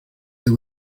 that